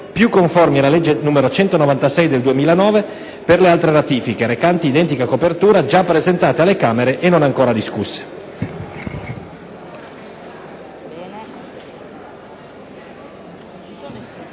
più conformi alla legge n. 196 del 2009, per le altre ratifiche recanti identica copertura già presentata alle Camere e non ancora discusse».